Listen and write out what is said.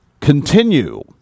continue